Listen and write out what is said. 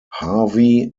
harvey